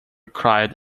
cried